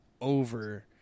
over